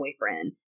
boyfriend